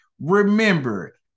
Remember